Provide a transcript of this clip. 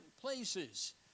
places